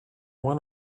one